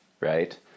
Right